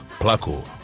Placo